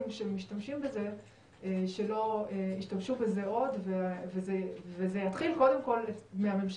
שמשתמשים בזה שלא ישתמשו בזה עוד וזה יתחיל קודם כל מהממשלה.